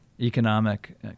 economic